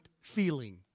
feeling